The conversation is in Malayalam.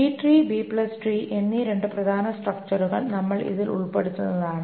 B tree B tree B tree എന്നീ രണ്ട് പ്രധാന സ്ട്രക്ച്ചറുകൾ നമ്മൾ ഇതിൽ ഉള്പെടുത്തുന്നതാണ്